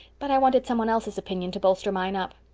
but i wanted some one else's opinion to bolster mine up.